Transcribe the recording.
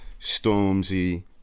Stormzy